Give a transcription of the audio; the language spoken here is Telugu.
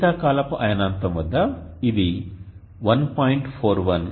శీతాకాలపు అయనాంతం వద్ద ఇది 1